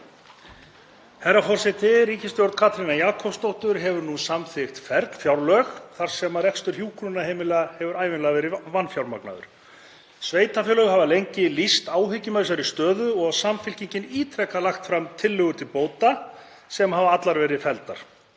Herra forseti. Ríkisstjórn Katrínar Jakobsdóttur hefur nú samþykkt fern fjárlög þar sem rekstur hjúkrunarheimila hefur í öll skipti verið vanfjármagnaður. Sveitarfélög hafa lengi lýst áhyggjum af þeirri stöðu og Samfylkingin ítrekað lagt fram tillögur til bóta sem hafa allar verið felldar.